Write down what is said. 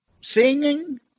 singing